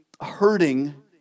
hurting